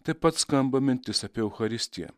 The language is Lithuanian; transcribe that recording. taip pat skamba mintis apie eucharistiją